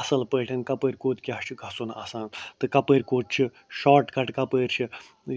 اَصٕل پٲٹھۍ کَپٲرۍ کوٚت کیٛاہ چھِ گژھُن آسان تہٕ کَپٲرۍ کوٚت چھِ شاٹ کَٹ کَپٲرۍ چھِ